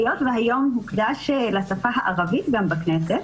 היות שהיום הוקדש לשפה הערבית גם בכנסת,